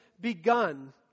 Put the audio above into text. begun